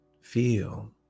Feel